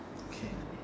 okay